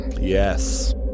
Yes